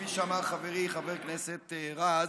כפי שאמר חברי חבר הכנסת רז,